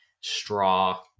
straw